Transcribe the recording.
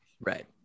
Right